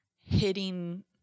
hitting